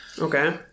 Okay